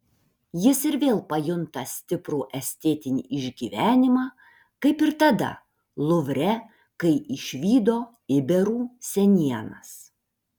jis ir vėl pajunta stiprų estetinį išgyvenimą kaip ir tada luvre kai išvydo iberų senienas